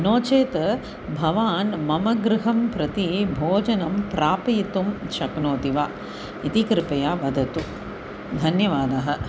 नो चेत् भवान् मम गृहं प्रति भोजनं प्रापयितुं शक्नोति वा इति कृपया वदतु धन्यवादः